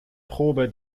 probe